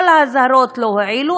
כל האזהרות לא הועילו,